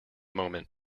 moment